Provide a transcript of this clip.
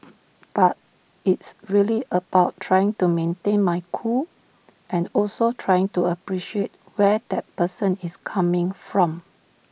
but it's really about trying to maintain my cool and also trying to appreciate where that person is coming from